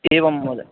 एवं महोदय